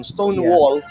Stonewall